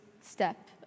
step